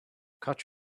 cut